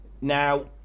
Now